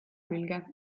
külge